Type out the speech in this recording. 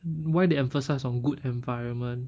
why they emphasise on good environment